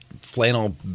flannel